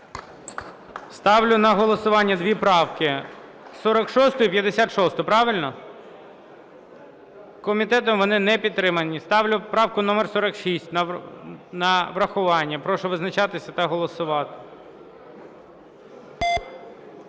Ставлю на голосування дві правки: 46-у і 56-у. Правильно? Комітетом вони не підтримані. Ставлю правку номер 46 на врахування. Прошу визначатися та голосувати.